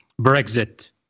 Brexit